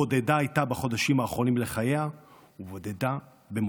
בודדה הייתה בחודשים האחרונים לחייה ובודדה במותה.